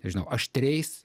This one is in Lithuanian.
žinau aštriais